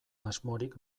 asmorik